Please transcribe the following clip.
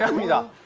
yeah be the